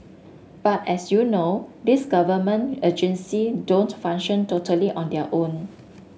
but as you know these government agency don't function totally on their own